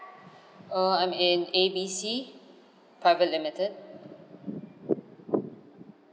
err I'm in A B C private limited